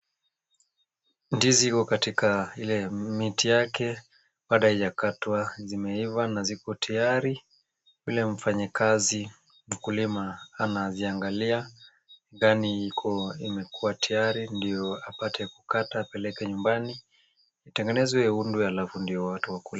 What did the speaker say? Ndizi iko katika ile miti yake bado haijakatwa zimeiva na ziko tiyari. Ule mfanyikazi mkulima anaziangalia ndani iko imekuwa tiyari, ndio apate kukata apeleka nyumbani itengenezwe iundwe alafu ndio watu wakule.